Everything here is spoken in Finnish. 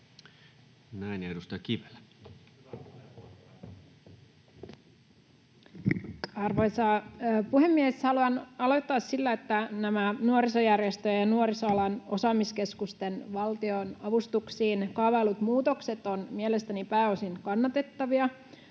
Arvoisa puhemies! Haluan aloittaa sillä, että nämä nuorisojärjestöjen ja nuorisoalan osaamiskeskusten valtionavustuksiin kaavaillut muutokset ovat mielestäni pääosin kannatettavia.